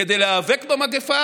כדי להיאבק במגפה